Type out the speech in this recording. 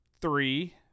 three